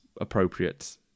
appropriate